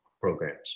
programs